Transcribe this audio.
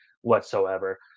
whatsoever